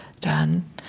done